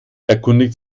erkundigt